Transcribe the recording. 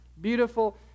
beautiful